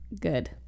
Good